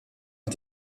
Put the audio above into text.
est